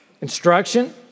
Instruction